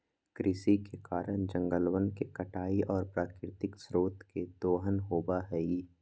कृषि के कारण जंगलवा के कटाई और प्राकृतिक स्रोत के दोहन होबा हई